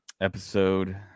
episode